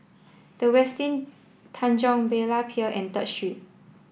the Westin Tanjong Berlayer Pier and Third Street